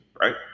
right